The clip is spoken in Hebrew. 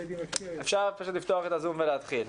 אשמח להתחיל.